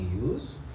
use